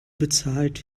bezahlt